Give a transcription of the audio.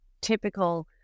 typical